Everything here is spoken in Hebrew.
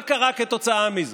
מה קרה כתוצאה מזה?